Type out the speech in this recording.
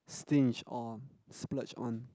stinge on splurge on